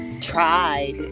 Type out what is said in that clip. tried